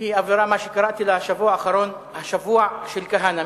היא אווירה שקראתי לה בשבוע האחרון: השבוע של כהנא.